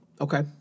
Okay